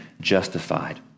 justified